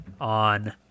on